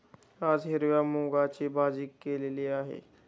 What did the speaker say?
आज हिरव्या मूगाची भाजी केलेली आहे